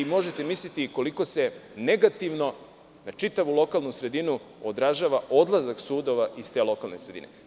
Možete misliti koliko se negativno, na čitavu lokalnu sredinu, odražava odlazak sudova iz te lokalne sredine.